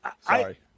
Sorry